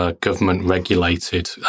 government-regulated